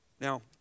Now